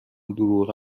دروغ